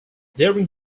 during